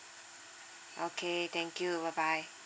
okay thank you bye bye